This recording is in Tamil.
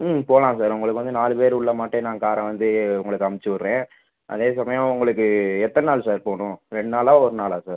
ம் போகலாம் சார் உங்களுக்கு வந்து நாலு பேர் உள்ளமாட்டே நான் காரை வந்து உங்களுக்கு அனுச்சுட்றேன் அதே சமயம் உங்களுக்கு எத்தனை நாள் சார் போகணும் ரெண்டு நாளா ஒரு நாளா சார்